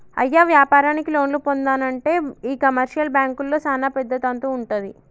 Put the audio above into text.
అయ్య వ్యాపారానికి లోన్లు పొందానంటే ఈ కమర్షియల్ బాంకుల్లో సానా పెద్ద తంతు వుంటది